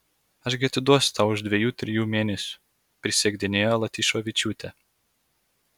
aš gi atiduosiu tau už dviejų trijų mėnesių prisiekdinėjo latyšovičiūtė